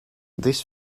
this